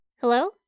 Hello